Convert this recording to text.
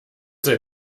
sei